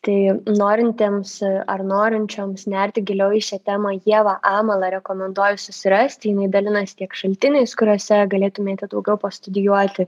tai norintiems ar norinčioms nerti giliau į šią temą ievą amalą rekomenduoju susirasti jinai dalinas tiek šaltiniais kuriuose galėtumėte daugiau pastudijuoti